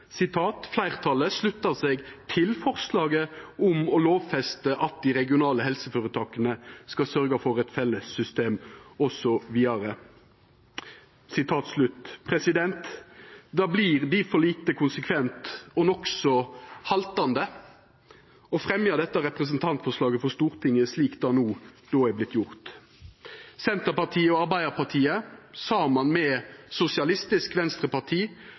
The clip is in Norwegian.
seg til forslaget om å lovfeste at de regionale helseforetakene skal sørge for et felles system». Det vert difor lite konsekvent og nokså haltande å fremja dette representantforslaget for Stortinget, slik ein no har gjort. Senterpartiet og Arbeidarpartiet var saman med Sosialistisk Venstreparti